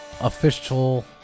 official